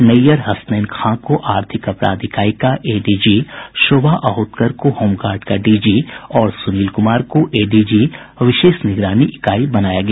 नैय्यर हसनैन खां को आर्थिक अपराध इकाई का एडीजी शोभा अहोतकर को होमगार्ड का डीजी और सुनील कुमार को एडीजी विशेष निगरानी इकाई बनाया गया